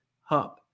Hub